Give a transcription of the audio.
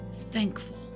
thankful